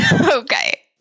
okay